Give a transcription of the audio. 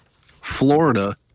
Florida